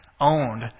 owned